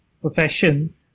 profession